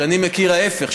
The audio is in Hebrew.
הוא שאני מכיר ההפך,